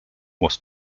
was